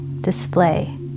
display